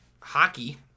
hockey